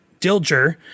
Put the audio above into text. Dilger